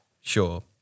sure